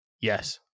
Yes